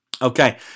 Okay